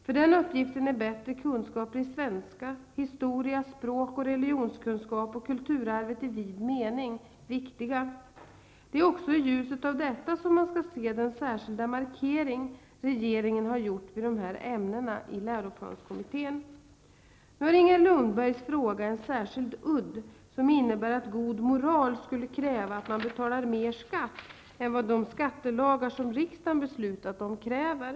För den uppgiften är bättre kunskaper i svenska, historia, språk, religionskunskap och kulturarvet i vid mening viktiga. Det är också i ljuset av detta som man skall se den särskilda markering regeringen har gjort vid dessa ämnen i läroplansdirektiven. Nu har Inger Lundbergs fråga en särskild udd, som innebär att god moral skulle kräva att man betalar mer skatt än vad de skattelagar riksdagen beslutat om kräver.